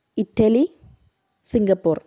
Italy Singapore